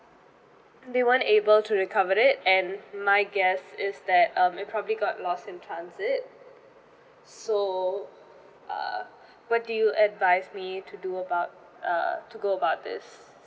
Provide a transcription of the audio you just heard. they weren't able to recover it and my guess is that um it probably got lost in transit so uh what do you advise me to do about uh to go about this